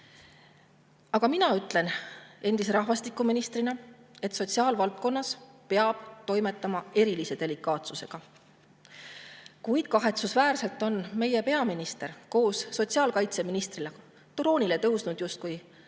Mina ütlen endise rahvastikuministrina, et sotsiaalvaldkonnas peab toimetama erilise delikaatsusega, kuid kahetsusväärselt on meie peaminister koos sotsiaalkaitseministriga justkui troonile tõusnud julm